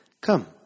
Come